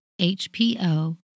HPO